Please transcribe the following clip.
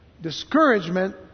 Discouragement